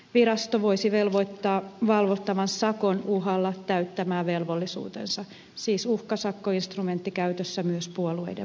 virasto voisi velvoittaa valvottavan sakon uhalla täyttämään velvollisuutensa siis uhkasakkoinstrumentti käytössä myös puolueiden puolella